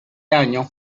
año